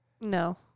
No